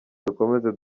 dukomeze